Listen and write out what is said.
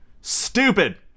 Stupid